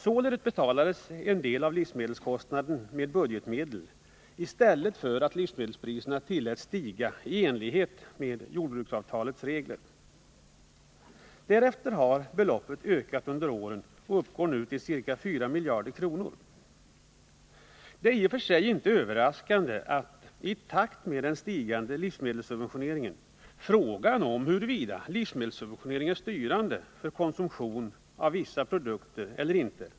Således betalades en del av livsmedelskostnaderna med budgetmedel i stället för att livsmedelspriserna tilläts stiga i enlighet med jordbruksavtalets regler. Därefter har beloppen ökat under åren och uppgår nu till ca 4 miljarder kronor. Det är i och för sig inte överraskande att —i takt med den stigande livsmedelssubventioneringen— den frågan har uppkommit, huruvida livsmedelssubventioner är styrande för konsumtionen av vissa produkter eller inte.